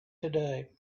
today